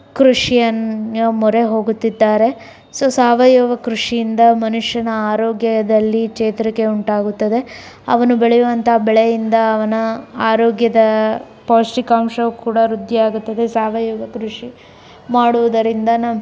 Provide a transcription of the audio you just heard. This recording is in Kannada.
ಕೃಷಿಯನ್ನು ಮೊರೆ ಹೋಗುತ್ತಿದ್ದಾರೆ ಸೊ ಸಾವಯವ ಕೃಷಿಯಿಂದ ಮನುಷ್ಯನ ಆರೋಗ್ಯದಲ್ಲಿ ಚೇತರಿಕೆ ಉಂಟಾಗುತ್ತದೆ ಅವನು ಬೆಳೆಯುವಂಥ ಬೆಳೆಯಿಂದ ಅವನ ಆರೋಗ್ಯದ ಪೌಷ್ಟಿಕಾಂಶವು ಕೂಡ ವೃದ್ಧಿಯಾಗುತ್ತದೆ ಸಾವಯವ ಕೃಷಿ ಮಾಡುವುದರಿಂದ ನಮ್ಮ